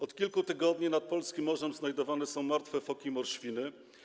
Od kilku tygodni nad polskim morzem znajdowane są martwe foki i morświny.